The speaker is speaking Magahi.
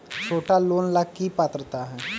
छोटा लोन ला की पात्रता है?